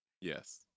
yes